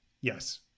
Yes